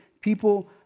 people